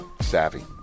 Savvy